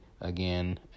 again